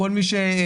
כל מי שמסתכל,